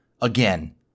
again